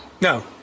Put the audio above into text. no